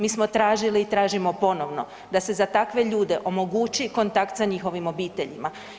Mi smo tražili i tražimo ponovno da se za takve ljude omogući kontakt sa njihovim obiteljima.